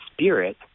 Spirit